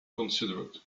considerate